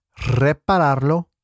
repararlo